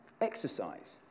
Exercise